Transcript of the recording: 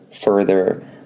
further